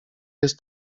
jest